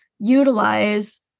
utilize